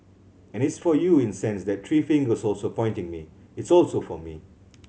and it's for you in sense that three fingers also pointing me it's also for me